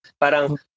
Parang